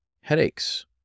headaches